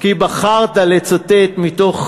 כי בחרת לצטט מתוך